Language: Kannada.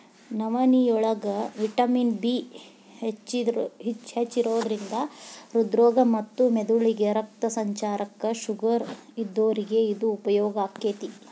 ನವನಿಯೋಳಗ ವಿಟಮಿನ್ ಬಿ ಹೆಚ್ಚಿರೋದ್ರಿಂದ ಹೃದ್ರೋಗ ಮತ್ತ ಮೆದಳಿಗೆ ರಕ್ತ ಸಂಚಾರಕ್ಕ, ಶುಗರ್ ಇದ್ದೋರಿಗೆ ಇದು ಉಪಯೋಗ ಆಕ್ಕೆತಿ